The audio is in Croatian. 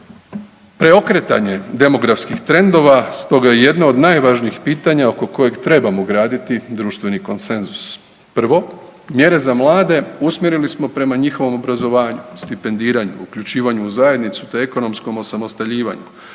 Preokretanje demografskih trendova stoga je jedna od najvažnijih pitanja oko kojeg trebamo graditi društveni konsenzus. Prvo, mjere za mlade usmjerili smo prema njihovom obrazovanju, stipendiranju, uključivanju u zajednicu, te ekonomskom osamostaljivanju